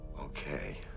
Okay